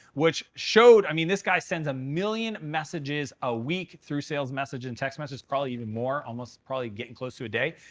which showed i mean, this guy sends a million messages a week through sales message and text message probably even more, almost probably getting close to a day.